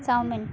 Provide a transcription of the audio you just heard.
chowmein